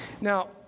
Now